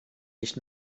nicht